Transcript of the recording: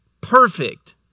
perfect